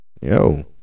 Yo